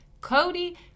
Cody